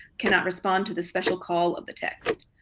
cannot respond to the special call of the text.